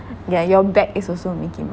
yeah your bag is also mickey mouse